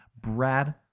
Brad